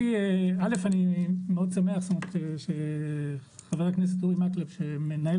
אלף אני מאוד שמח שחבר הכנסת אורי מקלב שמנהל